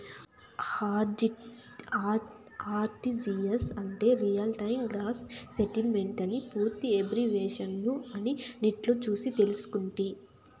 RTGS అంటే real time gross సెటిల్మెంటని పూర్తి ఎబ్రివేషను అని నెట్లో సూసి తెల్సుకుంటి